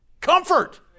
Comfort